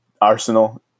Arsenal